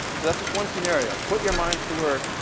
so that's just one scenario. put your minds to work.